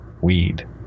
weed